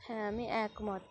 হ্যাঁ আমি একমত